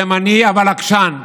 ימני אבל עקשן,